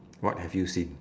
what have you seen